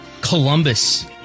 Columbus